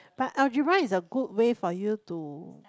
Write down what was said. but algebra is good way for you to